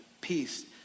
peace